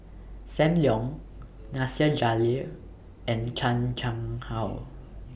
SAM Leong Nasir Jalil and Chan Chang How